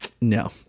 no